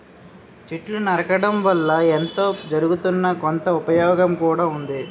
చెట్లు నరకడం వల్ల ఎంతో జరగుతున్నా, కొంత ఉపయోగం కూడా ఉంది